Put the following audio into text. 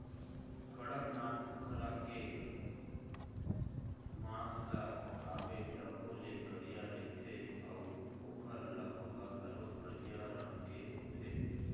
कड़कनाथ कुकरा के मांस ल पकाबे तभो ले करिया रहिथे अउ ओखर लहू ह घलोक करिया रंग के होथे